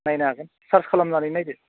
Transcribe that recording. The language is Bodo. नायनो हागोन सार्च खालामनानै नायदो